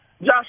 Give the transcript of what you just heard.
Josh